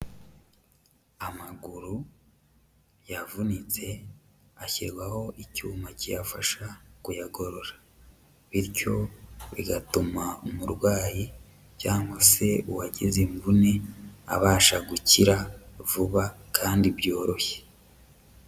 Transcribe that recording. Amaguru yavunitse ashyirwaho icyuma kiyafasha kuyagorora bityo bigatuma umurwayi cyangwa se uwagize imvune abasha gukira vuba kandi byoroshye.